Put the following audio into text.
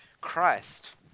Christ